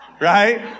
right